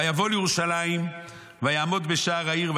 ויבוא לירושלים ויעמוד בשער העיר,